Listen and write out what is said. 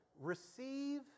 receive